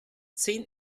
zehn